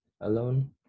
alone